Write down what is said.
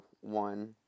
one